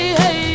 hey